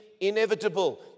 inevitable